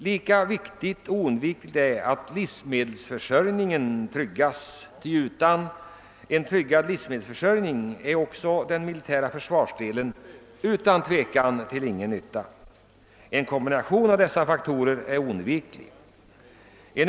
Lika viktigt och oundvikligt är att livsmedelsförsörjningen tryggas, ty utan en sådan är också den militära försvarsdelen utan tvekan till ingen nytta. En kombination av dessa faktorer är oundviklig.